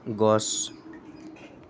গছ